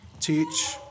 teach